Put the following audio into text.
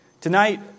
Tonight